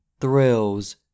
thrills